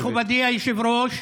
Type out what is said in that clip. מכובדי היושב-ראש,